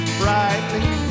brightly